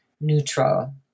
neutral